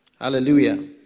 hallelujah